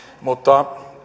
mutta